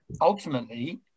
ultimately